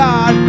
God